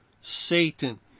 Satan